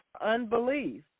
unbelief